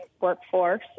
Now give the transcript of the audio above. workforce